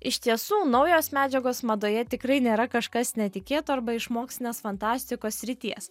iš tiesų naujos medžiagos madoje tikrai nėra kažkas netikėto arba iš mokslinės fantastikos srities